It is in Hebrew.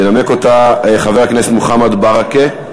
ינמק אותה חבר הכנסת מוחמד ברכה.